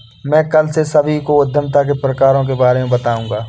मैं कल से सभी को उद्यमिता के प्रकारों के बारे में बताऊँगा